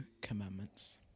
commandments